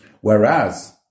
Whereas